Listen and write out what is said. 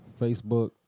Facebook